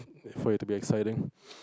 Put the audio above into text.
wait for it to be exciting